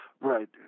Right